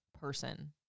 person